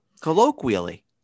Colloquially